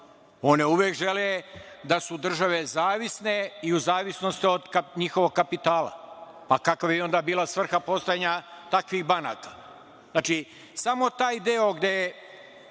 One uvek žele da su države zavisne i u zavisnosti od njihovog kapitala. Kakva bi onda bila svrha postojanja takvih banaka? Znači, samo taj deo,